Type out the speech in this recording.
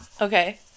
Okay